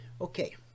Okay